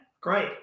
great